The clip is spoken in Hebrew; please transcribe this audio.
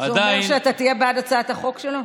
זה אומר שאתה תהיה בעד הצעת החוק שלו?